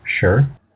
Sure